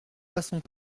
passons